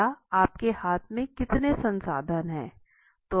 या आपके हाथ में कितने संसाधन हैं